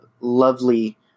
lovely